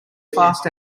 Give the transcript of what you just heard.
fast